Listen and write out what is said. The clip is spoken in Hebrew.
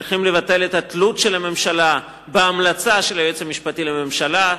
צריך לבטל את התלות של הממשלה בהמלצה של היועץ המשפטי לממשלה,